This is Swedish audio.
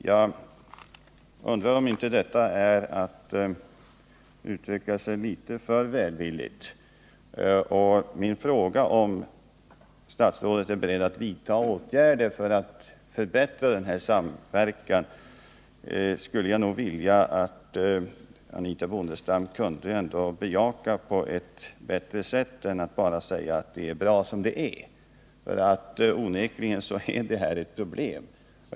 Jag undrar om inte detta är att uttrycka sig litet för välvilligt. Jag skulle nog vilja att Anitha Bondestam bejakar min fråga om hon är beredd att vidta åtgärder för att förstärka denna samverkan på ett bättre sätt än bara genom att säga att det är bra som det är. Onekligen är det här ett problem.